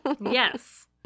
Yes